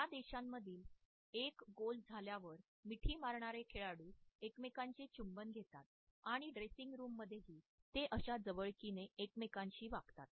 या देशांमध्ये एक गोल झाल्यावर मिठी मारणारे खेळाडू एकमेकांचे चुंबन घेतात आणि ड्रेसिंग रूममध्येही ते अश्या जवळकीने एकमेकांशी वागतात